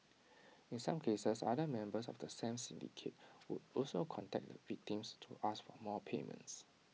in some cases other members of the scam syndicate would also contact the victims to ask for more payments